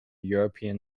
european